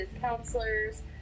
counselors